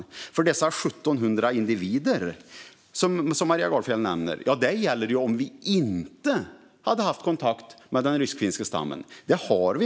De 1 700 individer som Maria Gardfjell nämner gäller om vi inte hade haft kontakt med den ryskfinska stammen, men det har vi.